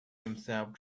himself